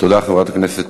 תודה לחברת הכנסת